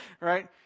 right